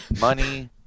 money